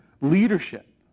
leadership